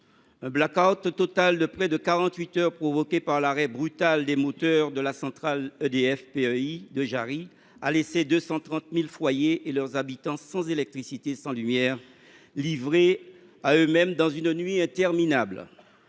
Un blackout total de près de quarante huit heures, provoqué par l’arrêt brutal des moteurs de la centrale EDF PEI de la Pointe Jarry, a laissé 230 000 foyers et leurs habitants sans électricité ni lumière, livrés à eux mêmes dans une nuit interminable.